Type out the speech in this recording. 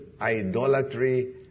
idolatry